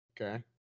Okay